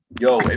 Yo